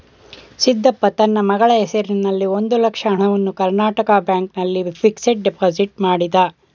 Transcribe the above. ಸಿದ್ದಪ್ಪ ತನ್ನ ಮಗಳ ಹೆಸರಿನಲ್ಲಿ ಒಂದು ಲಕ್ಷ ಹಣವನ್ನು ಕರ್ನಾಟಕ ಬ್ಯಾಂಕ್ ನಲ್ಲಿ ಫಿಕ್ಸಡ್ ಡೆಪೋಸಿಟ್ ಮಾಡಿದ